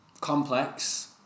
Complex